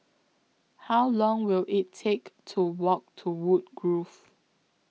How Long Will IT Take to Walk to Woodgrove